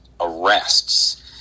arrests